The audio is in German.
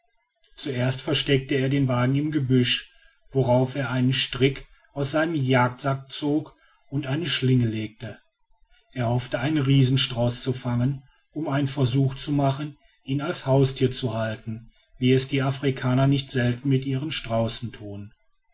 zuerst versteckte er den wagen im gebüsch worauf er einen strick aus seinem jagdsack zog und eine schlinge legte er hoffte einen riesenstrauß zu fangen um einen versuch zu machen ihn als haustier zu halten wie es die afrikaner nicht selten mit ihren straußen thun